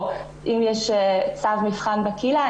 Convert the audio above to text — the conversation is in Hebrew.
או אם יש צו מבחן בקהילה,